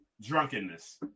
drunkenness